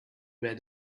where